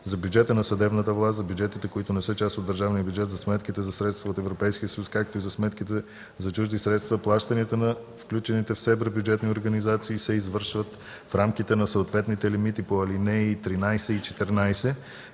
За бюджета на съдебната власт, за бюджетите, които не са част от държавния бюджет, за сметките за средства от Европейския съюз, както и за сметките за чужди средства плащанията на включените в СЕБРА бюджетни организации се извършват в рамките на съответните лимити по ал. 13 и 14,